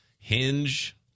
Hinge